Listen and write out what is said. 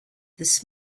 this